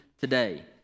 today